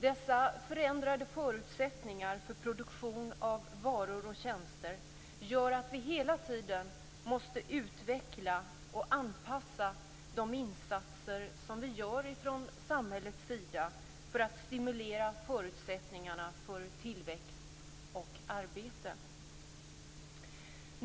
Dessa förändrade förutsättningar för produktion av varor och tjänster gör att vi hela tiden måste utveckla och anpassa de insatser som vi gör från samhällets sida för att stimulera förutsättningarna för tillväxt och arbete.